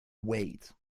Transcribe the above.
wade